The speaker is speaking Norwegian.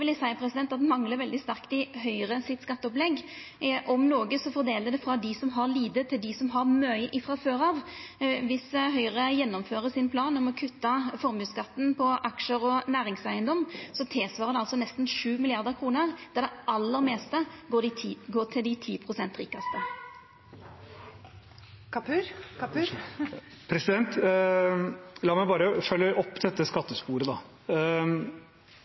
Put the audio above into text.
vil eg seia manglar veldig sterkt i skatteopplegget til Høgre. Om noko vert det fordelt frå dei som har lite, til dei som har mykje frå før av. Om Høgre gjennomfører planen om å kutta formuesskatten på aksjar og næringseigedom, svarar det til nesten 7 mrd. kr, der det aller meste går til dei 10 pst. rikaste. La meg følge opp dette skattesporet. Representanten slår fast at Arbeiderpartiets garanti om å øke skattene med 7 mrd. kr for norsk eierskap gjelder. La meg bare følge opp